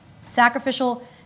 Sacrificial